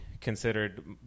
considered